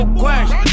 question